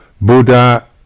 Buddha